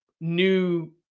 new